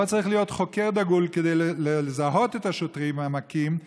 לא צריך להיות חוקר דגול כדי לזהות את השוטרים המכים,